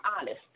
honest